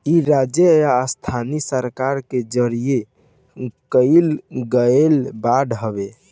इ राज्य या स्थानीय सरकार के जारी कईल एगो बांड हवे